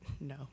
No